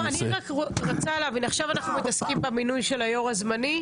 אני רוצה להבין אנחנו מתעסקים עכשיו במינוי של היושב-ראש הזמני?